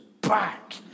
back